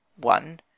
one